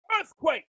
earthquake